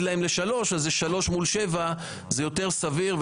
להם ל-3 אז זה 3 מול 7 וזה יותר סביר.